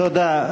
תודה.